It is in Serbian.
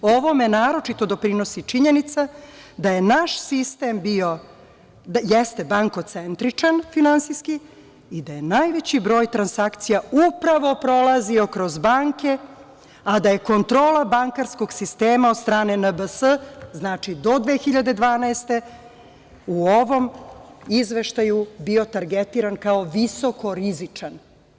Ovome naročito doprinosi činjenica da je naš sistem bio, jeste bankocentričan finansijski i da je najveći broj transakcija upravo prolazio kroz banke, a da je kontrola bankarskog sistema od strane NBS, znači do 2012. godine, u ovom izveštaju bio targetiran kao visoko rizičan.